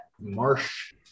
marsh